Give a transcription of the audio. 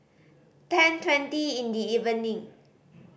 ten twenty in the evening